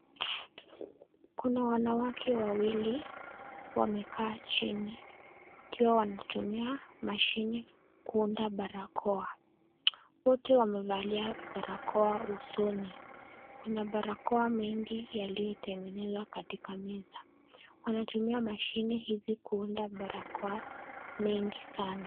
Kuna wanawake wawili wamekaa chini wakiwa wanatumia mashine kuunda barakoa. Wote wamevalia barakoa usoni. Kuna barakoa mengi yaliyotengenezwa katika meza. Wantumia mashine hizi kuunda barakoa mengi sana.